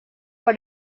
for